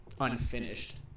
unfinished